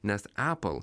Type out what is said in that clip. nes epl